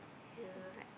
yeah